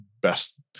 best